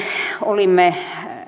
olimme tuolla